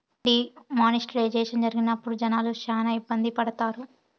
D మానిస్ట్రేషన్ జరిగినప్పుడు జనాలు శ్యానా ఇబ్బంది పడ్డారు